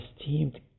esteemed